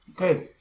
Okay